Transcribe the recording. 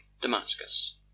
Damascus